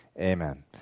amen